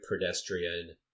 pedestrian